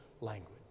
language